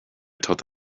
taught